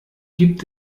gibt